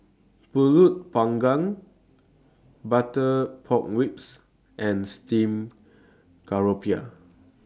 Pulut Panggang Butter Pork Ribs and Steamed Garoupa